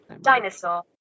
Dinosaur